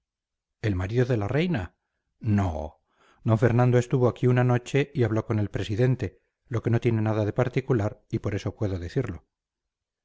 el marido de la reina no d fernando estuvo aquí una noche y habló con el presidente lo que no tiene nada de particular y por eso puedo decirlo